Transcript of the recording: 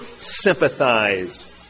sympathize